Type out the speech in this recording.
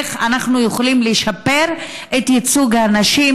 איך אנחנו יכולים לשפר את ייצוג הנשים.